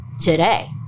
today